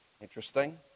Interesting